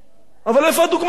אבל איפה הדוגמה האישית?